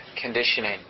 conditioning